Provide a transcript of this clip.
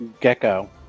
gecko